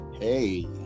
Hey